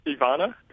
Ivana